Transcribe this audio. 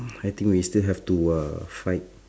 I think we still have to uh fight